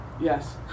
Yes